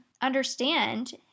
understand